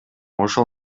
ошол